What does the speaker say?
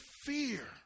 fear